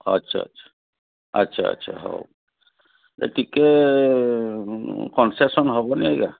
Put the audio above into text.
ଆଚ୍ଛା ଆଚ୍ଛା ଆଚ୍ଛା ଆଚ୍ଛା ହେଉ ଏ ଟିକିଏ ଉଁ କନସେସନ୍ ହେବନି ଆଜ୍ଞା